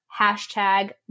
hashtag